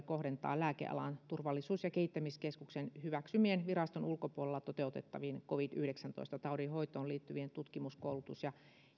kohdentaa lääkealan turvallisuus ja kehittämiskeskuksen hyväksymien viraston ulkopuolella toteutettavien covid yhdeksäntoista taudin hoitoon liittyvien tutkimus koulutus ja